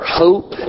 hope